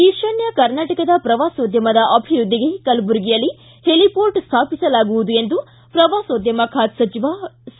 ಈಶಾನ್ಯ ಕರ್ನಾಟಕದ ಪ್ರವಾಸೋದ್ಯಮದ ಅಭಿವೃದ್ಧಿಗೆ ಕಲಬುರಗಿಯಲ್ಲಿ ಹೆಲಿಹೋರ್ಟ್ ಸ್ಥಾಪಿಸಲಾಗುವುದು ಎಂದು ಪ್ರವಾಸೋದ್ಯಮ ಖಾತೆ ಸಚಿವ ಸಿ